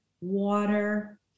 water